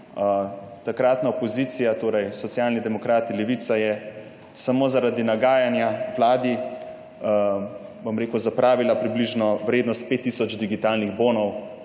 takratna opozicija, Socialni demokrati, Levica, je samo zaradi nagajanja vladi zapravila približno vrednost 5 tisoč digitalnih bonov,